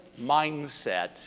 mindset